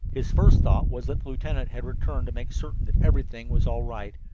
his first thought was that the lieutenant had returned to make certain that everything was all right,